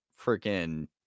freaking